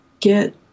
get